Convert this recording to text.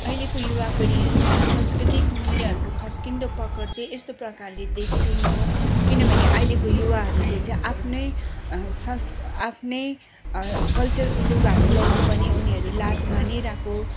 ऐलेको युवा पिँढीहरूमा सांस्कृतिक मुल्यहरूको खस्किँदो पकड चाहिँ यस्तो प्रकारले देख्छु म किनभने अहिलेको युवाहरूले चाहिँ आफ्नै संस आफ्नै कलचरको लुगाहरू लगाउनु पनि उनीहरू लाज मानिरहेको